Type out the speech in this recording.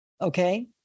okay